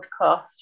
podcast